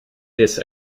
this